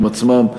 הם עצמם,